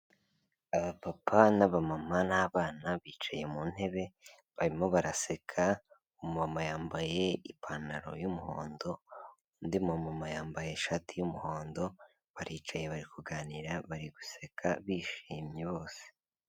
Abapapa n'abamama n'abana bicaye mu ntebe barimo baraseka, umumama yambaye ipantaro y'umuhondo, undi mu mama yambaye ishati y'umuhondo baricaye bari kuganira bari guseka bishimye bose.